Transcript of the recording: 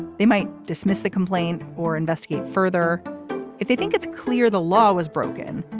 they might dismiss the complaint or investigate further if they think it's clear the law was broken.